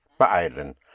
beeilen